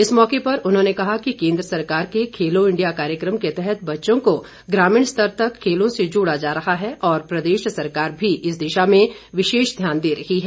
इस मौके पर उन्होंने कहा कि केंद्र सरकार के खेलो इंडिया कार्यक्रम के तहत बच्चों को ग्रामीण स्तर तक खेलों से जोडा जा रहा है और प्रदेश सरकार भी इस दिशा में विशेष ध्यान दे रही है